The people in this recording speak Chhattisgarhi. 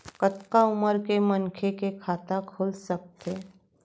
कतका उमर के मनखे के खाता खुल सकथे?